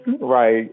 right